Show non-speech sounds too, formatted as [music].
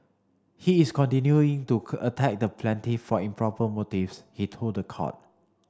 he is continuing to [unintelligible] attack the plaintiff for improper motives he told the court